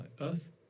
earth